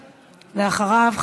ואחריו,